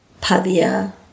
Pavia